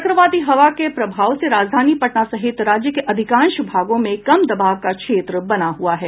चक्रवाती हवा के प्रभाव से राजधानी पटना सहित राज्य के अधिकांश भागों में कम दबाव का क्षेत्र बना हुआ है